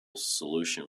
solution